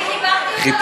אני, אותו, סליחה.